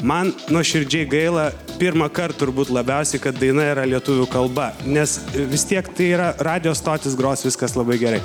man nuoširdžiai gaila pirmąkart turbūt labiausiai kad daina yra lietuvių kalba nes vis tiek tai yra radijo stotys gros viskas labai gerai